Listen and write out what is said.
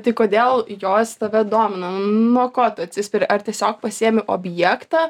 tai kodėl jos tave domina nuo ko tu atsispiri ar tiesiog pasiėmi objektą